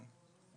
כן.